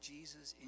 Jesus